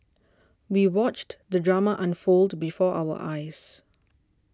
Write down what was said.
we watched the drama unfold before our eyes